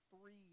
three